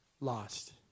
lost